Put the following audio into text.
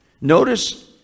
Notice